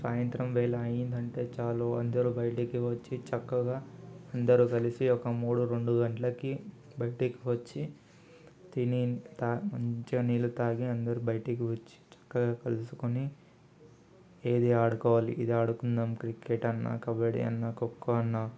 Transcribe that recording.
సాయంత్రం వేళ అయింది అంటే చాలు అందరు బయటకు వచ్చి చక్కగా అందరు కలిసి ఒక మూడు రెండు గంటలకి బయటకు వచ్చి తిని తాగి మంచిగా నీళ్ళు తాగి అందరు బయటకు వచ్చి చక్కగా కలుసుకుని ఏది ఆడుకోవాలి ఇది ఆడుకుందాం క్రికెట్ అన్నా కబడ్డీ అన్నా ఖోఖో అన్నా